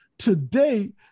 Today